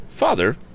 father